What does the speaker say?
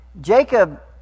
Jacob